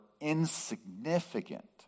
insignificant